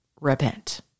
repent